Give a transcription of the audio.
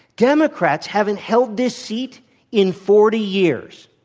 democrats haven't held this seat in forty years.